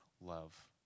love